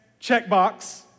Checkbox